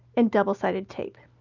and double sided tape.